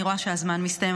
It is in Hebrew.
אני רואה שהזמן מסתיים,